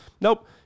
Nope